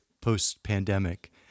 post-pandemic